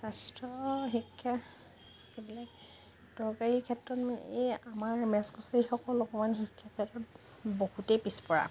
স্বাস্থ্য শিক্ষা এইবিলাক দৰকাৰী ক্ষেত্ৰত মানে এই আমাৰ মেচ কছাৰীসকল অকমান শিক্ষাৰ ক্ষেত্ৰত বহুতেই পিছপৰা